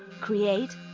create